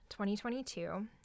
2022